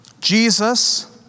Jesus